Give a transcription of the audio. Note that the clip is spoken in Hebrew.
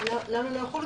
למה לא יחולו?